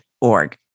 org